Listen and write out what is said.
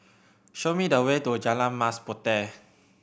show me the way to Jalan Mas Puteh